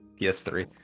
PS3